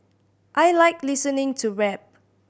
I like listening to rap